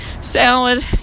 Salad